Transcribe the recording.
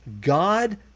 God